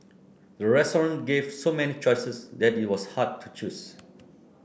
the restaurant gave so many choices that it was hard to choose